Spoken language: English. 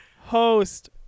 host